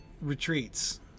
retreats